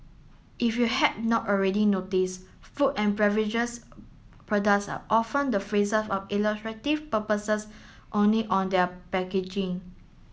if you had not already noticed food and beverages products often the phrases of illustrative purposes only on their packaging